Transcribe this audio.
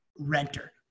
renter